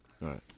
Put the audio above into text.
right